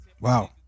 Wow